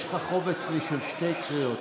יש לך חוב אצלי של שתי קריאות.